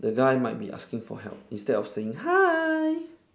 the guy might be asking for help instead of saying hi